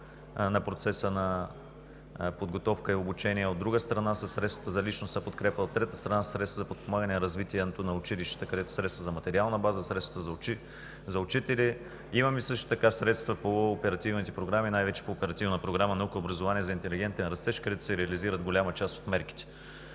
на процеса за подготовка и обучение, от друга страна – средствата за личностна подкрепа, от трета страна – средствата за подпомагане и развитието на училищата, където са средствата за материална база, средствата за учители. Имаме средства по оперативните програми – най-вече по Оперативна програма „Наука и образование за интелигентен растеж“, където се реализират голяма част от мерките.